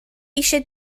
eisiau